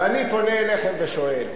ואני פונה אליכם ושואל: